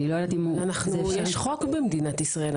יש חוק במדינת ישראל.